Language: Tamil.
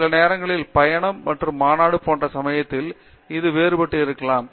சில நேரங்களில் பயணம் மற்றும் மாநாடுகள் போன்ற சமயத்தில் இதில் வேறுபாடு இருக்கலாம்